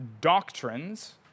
doctrines